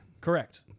correct